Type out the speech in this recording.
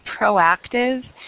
proactive